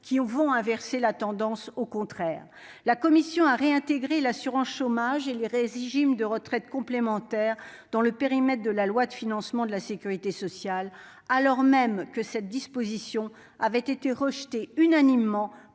qui vont inverser la tendance, au contraire. La commission a réintégré l'assurance chômage et les régimes de retraite complémentaire dans le périmètre de la loi de financement de la sécurité sociale, alors même que cette disposition avait été unanimement